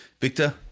Victor